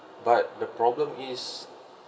but the problem is